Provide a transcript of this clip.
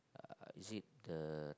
uh is it the